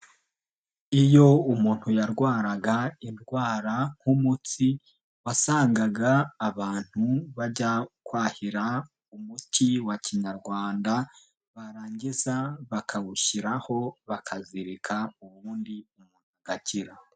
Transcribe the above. Iyo umuntu yarwaraga indwara nk'umutsi wasangaga abantu bajya kwahira umuti wa kinyarwanda barangiza bakawushyiraho, bakazirika ubundi umuntu agakira.